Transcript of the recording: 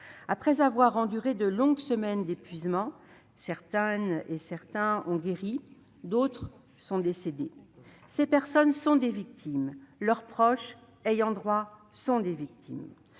Après de longues semaines d'épuisement, certaines d'entre elles ont guéri, d'autres sont décédées. Ces personnes sont des victimes ; leurs proches et leurs ayants droit sont des victimes.